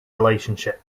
relationship